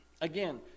again